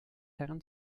herren